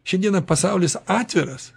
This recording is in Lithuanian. šiandieną pasaulis atviras